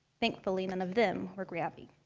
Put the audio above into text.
thankfully, none of them were grabby.